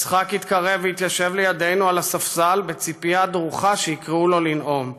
יצחק התקרב והתיישב לידנו על הספסל בציפייה דרוכה שיקראו לו לנאום.